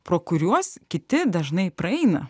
pro kuriuos kiti dažnai praeina